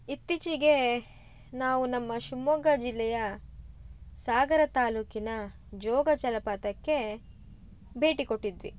ಇತ್ತೀಚೆಗೆ ನಾವು ನಮ್ಮ ಶಿವ್ಮೊಗ್ಗ ಜಿಲ್ಲೆಯ ಸಾಗರ ತಾಲೂಕಿನ ಜೋಗ ಜಲಪಾತಕ್ಕೆ ಭೇಟಿ ಕೊಟ್ಟಿದ್ವಿ